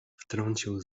wtrącił